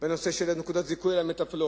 או הנושא של נקודות הזיכוי על מטפלות,